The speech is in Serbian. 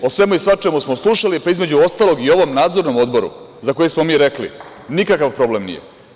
O svemu i svačemu smo slušali, pa između ostalog i ovom Nadzornom odboru za koji smo mi rekli nikakav problem nije.